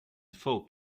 folk